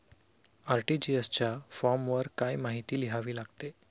RTGS च्या फॉर्मवर काय काय माहिती लिहावी लागते?